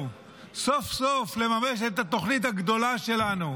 סוף-סוף לממש את התוכנית הגדולה שלנו: